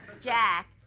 Jack